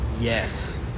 Yes